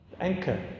anchor